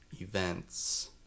events